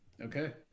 Okay